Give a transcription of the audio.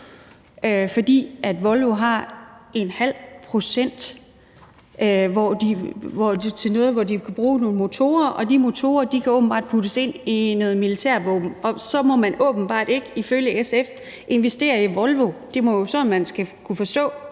fordi Volvo har ½ pct. i noget, i forhold til at de skal bruge nogle motorer, og de motorer kan åbenbart bygges ind i nogle militærvåben. Og så må man åbenbart ikke, ifølge SF, investere i Volvo. Det må jo være sådan, man skal forstå